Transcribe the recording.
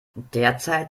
derzeit